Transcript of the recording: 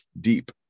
deep